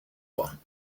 one